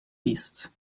beasts